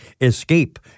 Escape